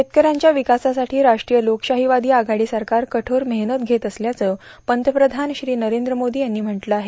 शेतकऱ्यांच्या विकासासाठी राष्ट्रीय लोकशाहीवादी आघाडी सरकार कठोर मेहनत घेत असल्याचं पंतप्रधान श्री नरेंद्र मोदी यांनी म्हटलं आहे